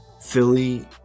Philly